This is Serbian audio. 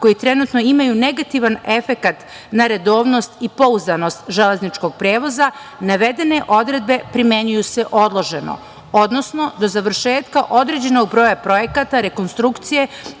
koje trenutno imaju negativan efekat na redovnost i pouzdanost železničkog prevoza, navedene odredbe primenjuju se odloženo, odnosno do završetka određenog broja projekata rekonstrukcije